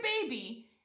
baby